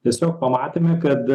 tiesiog pamatėme kad